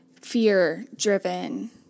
fear-driven